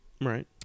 Right